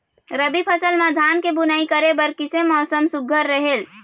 रबी फसल म धान के बुनई करे बर किसे मौसम सुघ्घर रहेल?